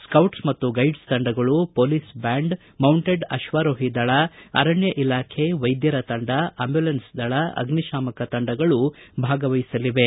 ಸ್ಕೌಟ್ಲ್ ಮತ್ತು ಗೈಡ್ಲ್ ತಂಡಗಳು police band mounted ಅಕ್ವರೋಹಿ ದಳ ಅರಣ್ಯ ಇಲಾಖೆ ವೈದ್ಯರ ತಂಡ ಅಂಬುಲೆನ್ಸ್ ದಳ ಅಗ್ನಿಶಾಮಕ ತಂಡಗಳು ಭಾಗವಹಿಸಲಿವೆ